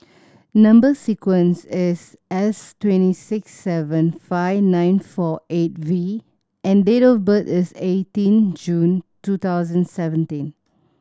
number sequence is S twenty six seven five nine four eight V and date of birth is eighteen June two thousand seventeen